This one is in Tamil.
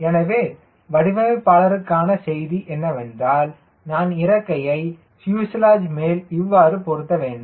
எனவே வடிவமைப்பாளருக்கான செய்தி என்னவென்றால் நான் இறக்கையை பியூஸ்லேஜ் மேல் இவ்வாறு பொருத்த வேண்டும்